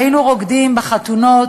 היינו רוקדים בחתונות,